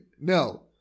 no